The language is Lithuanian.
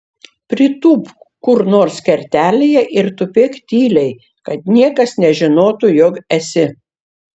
pritūpk kur nors kertelėje ir tupėk tyliai kad niekas nežinotų jog esi